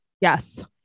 Yes